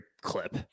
clip